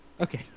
okay